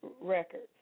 Records